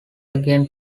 again